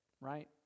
right